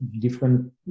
different